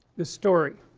this story